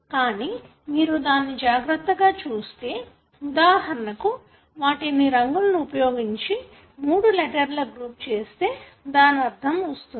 కాని మీరు దానిని జాగ్రత్తగా చూస్తే ఉదాహరణకు వాటిని రంగుల ఉపయోగించి 3 లెటర్ ల గ్రూప్ చేస్తే దాని అర్థం వస్తుంది